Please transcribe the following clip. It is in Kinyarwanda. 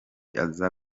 aza